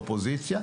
אופוזיציה,